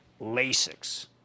Lasix